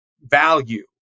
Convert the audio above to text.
value